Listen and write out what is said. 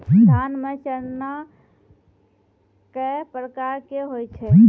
धान म सड़ना कै प्रकार के होय छै?